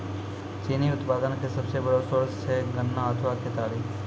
चीनी उत्पादन के सबसो बड़ो सोर्स छै गन्ना अथवा केतारी